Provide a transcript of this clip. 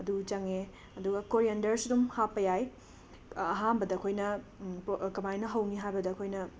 ꯑꯗꯨ ꯆꯡꯉꯦ ꯑꯗꯨꯒ ꯀꯣꯔꯤꯌꯦꯟꯗꯔꯁꯁꯨ ꯑꯗꯨꯝ ꯍꯥꯞꯄ ꯌꯥꯏ ꯑꯍꯥꯝꯕꯗ ꯑꯩꯈꯣꯏꯅ ꯎꯝ ꯀꯃꯥꯏꯅ ꯍꯧꯅꯤ ꯍꯥꯏꯕꯗ ꯑꯩꯈꯣꯏꯅ